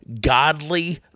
godly